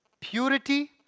purity